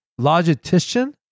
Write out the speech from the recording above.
Logistician